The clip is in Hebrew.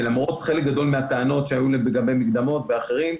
שלמרות שחלק גדול מהטענות שהיו לגבי המקדמות ואחרים,